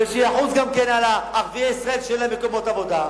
ושיחוס גם על ערביי ישראל שאין להם מקומות עבודה,